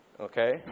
Okay